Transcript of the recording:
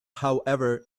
however